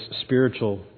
spiritual